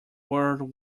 world